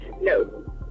No